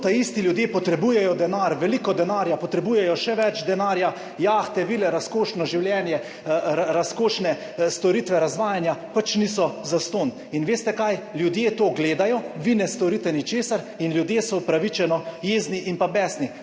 zato taisti ljudje potrebujejo denar, veliko denarja. Potrebujejo še več denarja. Jahte, vile, razkošno življenje, razkošne storitve – razvajanja pač niso zastonj. In veste kaj? Ljudje to gledajo, vi ne storite ničesar in ljudje so upravičeno jezni in besni.